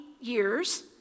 years